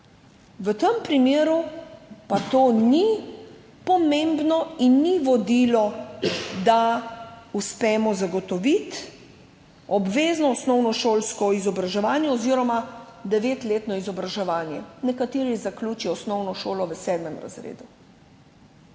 v tem primeru pa to ni pomembno in ni vodilo, da uspemo zagotoviti obvezno osnovnošolsko izobraževanje oziroma devetletno izobraževanje. Nekateri zaključijo osnovno šolo v sedmem razredu.